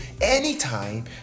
anytime